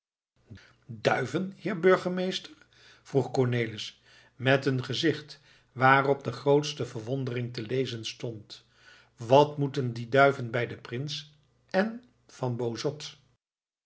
duiven heer burgemeester vroeg cornelis met een gezicht waarop de grootste verwondering te lezen stond wat moeten die duiven bij den prins en van boisot